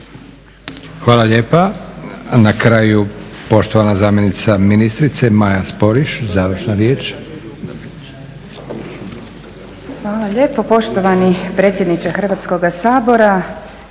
Hvala lijepa. Na kraju poštovana zamjenica ministrice, Maja Sporiš, završna riječ. **Sporiš, Maja** Hvala lijepo poštovani predsjedniče Hrvatskog sabora,